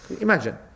Imagine